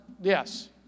yes